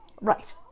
Right